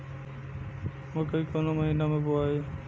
मकई कवना महीना मे बोआइ?